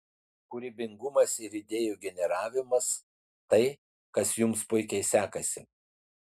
kūrybingumas ir idėjų generavimas tai kas jums puikiai sekasi